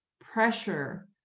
pressure